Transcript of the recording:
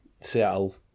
Seattle